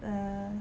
err